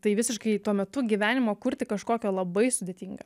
tai visiškai tuo metu gyvenimą kurti kažkokį labai sudėtinga